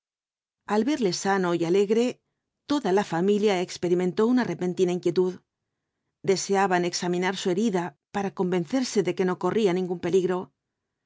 verle sano y alegre toda la familia experimentó una repentina inquietud deseaban examinar su herida para convencerse de que no corría ningún peligro